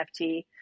NFT